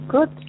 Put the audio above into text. Good